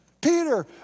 Peter